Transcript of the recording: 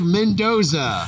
Mendoza